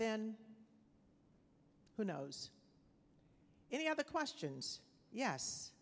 then who knows any other questions